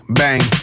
bang